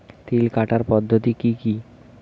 তিল কাটার পদ্ধতি কি কি?